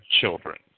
children